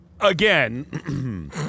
Again